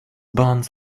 buns